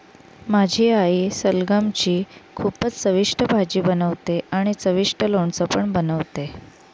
माझी आई सलगम ची खूपच चविष्ट भाजी बनवते आणि चविष्ट लोणचं पण बनवते